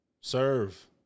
serve